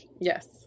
Yes